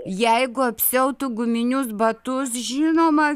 jeigu apsiautų guminius batus žinoma